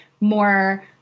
more